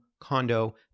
condo